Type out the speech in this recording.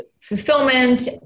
fulfillment